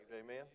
Amen